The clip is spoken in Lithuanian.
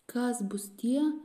kas bus tie